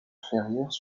ferrières